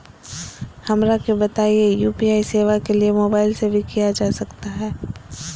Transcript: हमरा के बताइए यू.पी.आई सेवा के लिए मोबाइल से भी किया जा सकता है?